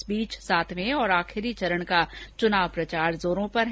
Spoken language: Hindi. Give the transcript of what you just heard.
इस बीच सातवें और आखिरी चरण का चुनाव प्रचार जोरों पर है